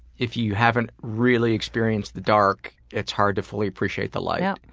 if you haven't really experienced the dark, it's hard to fully appreciate the light. yeah.